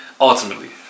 ultimately